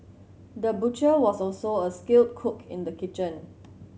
the butcher was also a skilled cook in the kitchen